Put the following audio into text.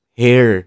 hair